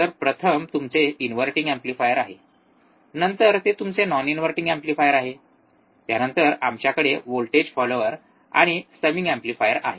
तर प्रथम तुमचे इन्व्हर्टिंग एम्प्लीफायर आहे नंतर ते तुमचे नॉन इनव्हर्टिंग एम्प्लीफायर आहे त्यानंतर आमच्याकडे व्होल्टेज फॉलोअर आणि समिंग एम्पलीफायर आहे